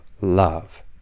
love